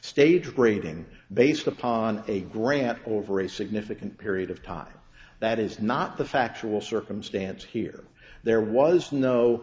stage rating based upon a graph over a significant period of time that is not the factual circumstance here there was no